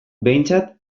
behintzat